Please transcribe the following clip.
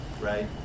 right